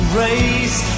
race